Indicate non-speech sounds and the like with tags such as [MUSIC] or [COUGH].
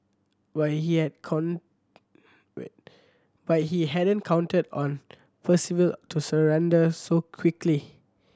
but he had [UNINTELLIGIBLE] but he hadn't counted on Percival to surrender so quickly